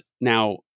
now